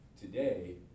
today